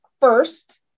first